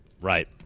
Right